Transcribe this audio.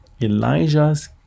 Elijah's